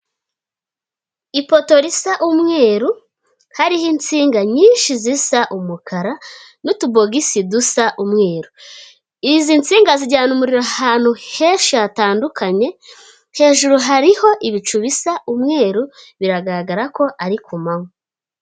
Ipoto risa umweru hariho insinga nyinshi zisa umukara n'utubogisi dusa umweru, izi nsinga zijyana umuriro ahantu henshi hatandukanye, hejuru hariho ibicu bisa umweru biragaragara ko ari ku manywa.